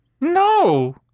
No